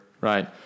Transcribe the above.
right